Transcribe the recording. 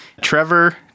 Trevor